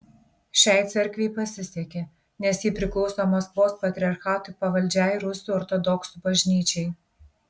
šiai cerkvei pasisekė nes ji priklauso maskvos patriarchatui pavaldžiai rusų ortodoksų bažnyčiai